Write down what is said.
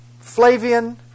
Flavian